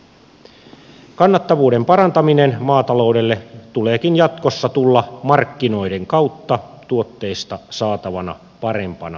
maatalouden kannattavuuden parantamisen tuleekin jatkossa tulla markkinoiden kautta tuotteista saatavana parempana hintana